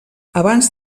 abans